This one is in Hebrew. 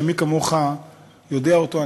שמי כמוך יודע אותו.